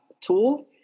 tool